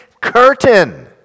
curtain